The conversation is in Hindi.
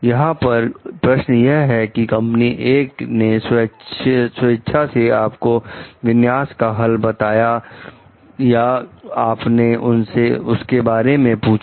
यहां पर प्रश्न यह है कि कंपनी ए ने स्वेच्छा से आपको विन्यास का हल बताया या आपने उसके बारे में पूछा